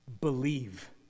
believe